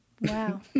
Wow